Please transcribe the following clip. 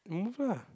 move lah